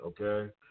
okay